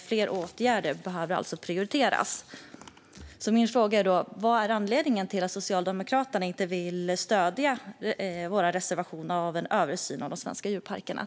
Fler åtgärder behöver alltså prioriteras, och min fråga är därför: Vad är anledningen till att Socialdemokraterna inte vill stödja vår reservation om en översyn av de svenska djurparkerna?